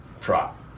Prop